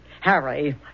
Harry